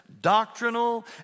doctrinal